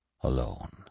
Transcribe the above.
alone